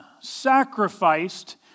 sacrificed